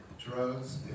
drugs